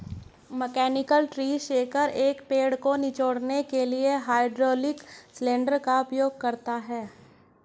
mechanical tree shaker, एक पेड़ को निचोड़ने के लिए हाइड्रोलिक सिलेंडर का उपयोग करता है